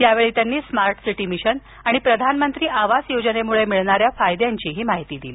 यावेळी त्यांनी smart city mission आणि प्रधान मंत्री आवास योजनेमुळं मिळणाऱ्या फायद्यांचीही माहिती दिली